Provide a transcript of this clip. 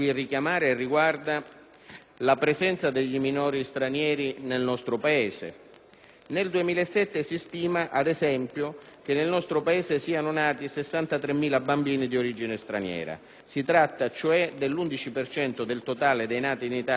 la presenza dei minori stranieri nel nostro Paese. Nel 2007 si stima, ad esempio, che nel nostro Paese siano nati 63.000 bambini di origine straniera. Si tratta cioè dell'11 per cento del totale dei nati in Italia nell'anno 2007